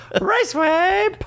Raceway